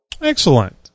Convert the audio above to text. Excellent